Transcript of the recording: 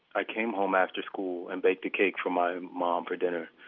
i came home after school and baked a cake for my mom for dinner.